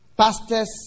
pastors